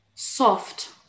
soft